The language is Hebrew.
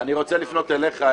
אני רוצה לפנות אליך,